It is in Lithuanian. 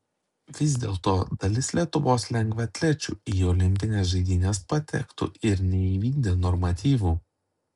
vis dėlto dalis lietuvos lengvaatlečių į olimpines žaidynes patektų ir neįvykdę normatyvų